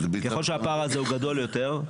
ככל שהפער הזה הוא גדול יותר,